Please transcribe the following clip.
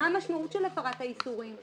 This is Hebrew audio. מה המשמעות של הפרת האיסורים?